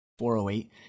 408